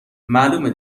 معلومه